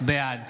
בעד